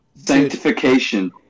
sanctification